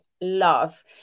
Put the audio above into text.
love